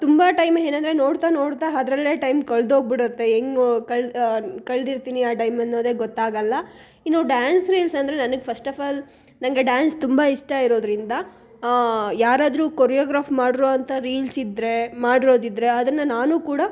ತುಂಬ ಟೈಮ್ ಏನಂದ್ರೆ ನೋಡ್ತಾ ನೋಡ್ತಾ ಅದ್ರಲ್ಲೇ ಟೈಮ್ ಕಳೆದೋಗ್ಬಿಡುತ್ತೆ ಹೆಂಗೋ ಕಳ್ ಕಳೆದಿರ್ತಿನಿ ಆ ಟೈಮ್ ಅನ್ನೋದೇ ಗೊತ್ತಾಗೋಲ್ಲ ಇನ್ನು ಡ್ಯಾನ್ಸ್ ರೀಲ್ಸ್ ಅಂದ್ರೆ ನನಗೆ ಫಶ್ಟ್ ಆಫ್ ಆಲ್ ನನಗೆ ಡ್ಯಾನ್ಸ್ ತುಂಬ ಇಷ್ಟ ಇರೋದರಿಂದ ಯಾರಾದರೂ ಕೋರಿಯೋಗ್ರಾಫ್ ಮಾಡಿರೋವಂಥ ರೀಲ್ಸ್ ಇದ್ದರೆ ಮಾಡಿರೋದಿದ್ದರೆ ಅದನ್ನು ನಾನು ಕೂಡ